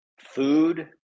food